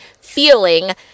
feeling